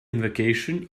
invocation